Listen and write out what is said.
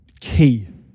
key